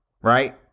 right